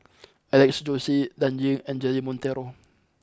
Alex Josey Dan Ying and Jeremy Monteiro